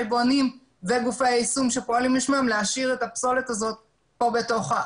היבואנים וגופי היישום שפועלים בשמם להשאיר את הפסולת הזאת בארץ.